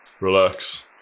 Relax